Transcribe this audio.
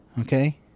Okay